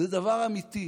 זה דבר אמיתי.